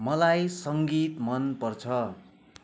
मलाई सङ्गीत मनपर्छ